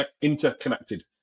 interconnected